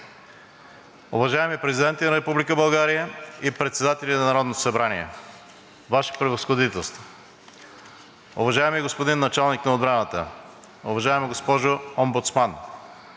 уважаеми президенти на Република България, председатели на Народното събрание, Ваши Превъзходителства, уважаеми господин Началник на отбраната, уважаема госпожо Омбудсман,